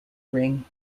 ring